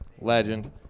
legend